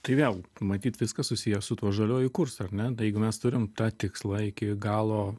tai vėl matyt viskas susiję su tuo žaliuoju kursu ar ne tai jeigu mes turim tą tikslą iki galo